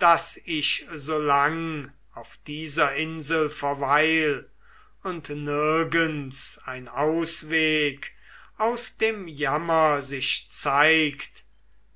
daß ich so lang auf der insel verweil und nirgends ein ausweg aus dem jammer sich zeigt